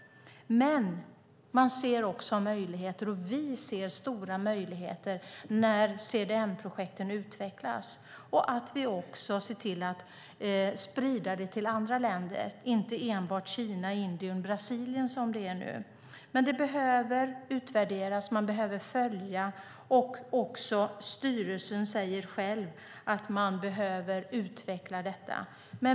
Men man ser också möjligheter, och vi ser stora möjligheter när CDM-projekten utvecklas. Vi måste också se till att sprida det till andra länder, inte enbart Kina, Indien och Brasilien som det är nu. Det behöver dock utvärderas, och man behöver följa det. Styrelsen säger själv att man behöver utveckla detta.